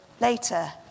later